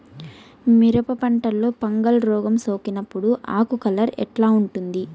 మిరప పంటలో ఫంగల్ రోగం సోకినప్పుడు ఆకు కలర్ ఎట్లా ఉంటుంది?